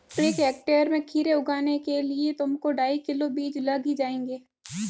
एक हेक्टेयर में खीरे उगाने के लिए तुमको ढाई किलो बीज लग ही जाएंगे